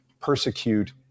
persecute